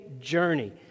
journey